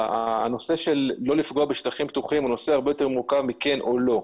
הנושא שלא לפגוע בשטחים פתוחים הוא נושא הרבה יותר מורכב מכן או לא.